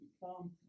become